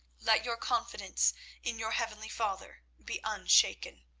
let your confidence in your heavenly father be unshaken.